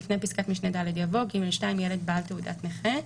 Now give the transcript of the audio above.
לפני פסקת משנה (ד) יבוא: "(ג2)ילד בעל תעודת נכה,".